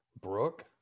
Brooke